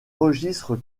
registres